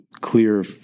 clear